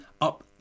up